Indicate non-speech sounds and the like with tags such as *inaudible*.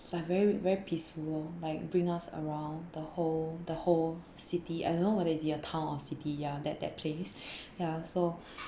like very very peaceful lor like bring us around the whole the whole city I don't know whether is it town or city ya that that place *breath* yeah so